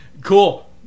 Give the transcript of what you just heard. cool